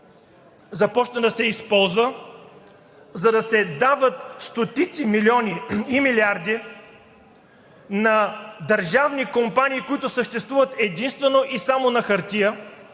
започна да се използва, за да се дават стотици милиони и милиарди на държавни компании, които съществуват единствено и само на хартия,